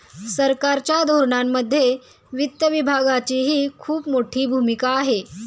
सरकारच्या धोरणांमध्ये वित्त विभागाचीही खूप मोठी भूमिका आहे